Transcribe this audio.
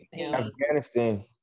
Afghanistan